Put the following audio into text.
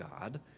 God